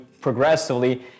progressively